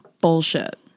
Bullshit